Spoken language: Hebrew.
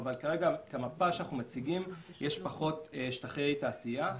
אבל כרגע במפה שאנחנו מציגים יש פחות שטחי תעשייה.